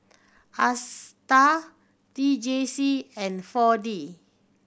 Astar T J C and Four D